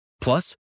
Plus